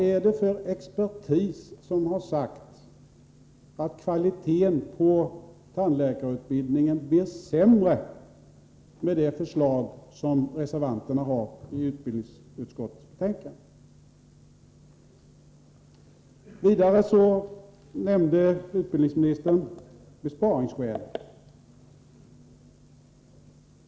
Vilken expertis har sagt att kvaliteten på tandläkarutbildningen blir sämre med det förslag som reservanterna har lagt fram i utskottet? Vidare nämnde utbildningsministern besparingsskälen.